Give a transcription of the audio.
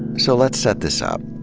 so, let's set this up.